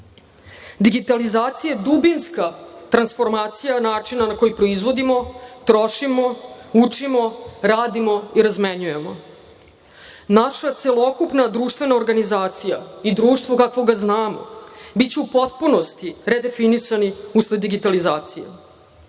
Digitalizacija je dubinska transformacija načina na koji proizvodimo, trošimo, učimo, radimo i razmenjujemo. Naša celokupna društvena organizacija i društvo kakvo ga znamo, biće u potpunosti redefinisani usled digitalizacije. Srbija